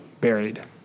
buried